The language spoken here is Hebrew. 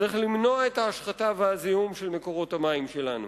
צריך למנוע את ההשחתה ואת הזיהום של מקורות המים שלנו.